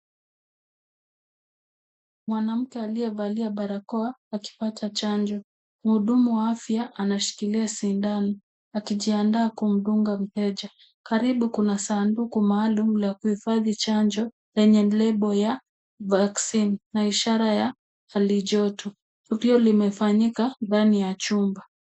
Mwanamke aliyevalia barakoa akipata chanjo. Mhudumu wa afya anashikilia sindano, akijiandaa kumdunga mteja. Karibu kuna sanduku maalum la kuhifadhi chanjo lenye label ya vaccine na ishara ya hali joto . Tukio limefanyika ndani ya chumba .